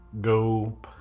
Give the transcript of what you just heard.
go